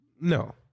No